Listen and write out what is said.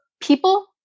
people